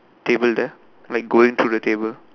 table there like going through the table